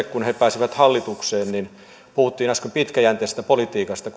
kun vihreät pääsivät hallitukseen puhuttiin äsken pitkäjänteisestä politiikasta